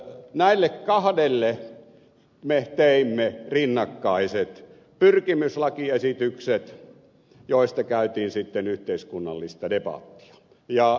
näille kahdelle me teimme rinnakkaiset pyrkimyslakiesitykset joista käytiin sitten yhteiskunnallista debattia